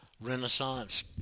Renaissance